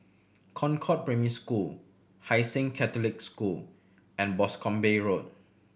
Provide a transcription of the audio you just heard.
Concord Primary School Hai Sing Catholic School and Boscombe Road